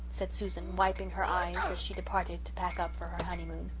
said susan, wiping her eyes as she departed to pack up for her honeymoon.